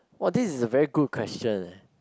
!wow! this is a very good question leh